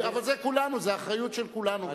אבל זה כולנו, זו אחריות של כולנו.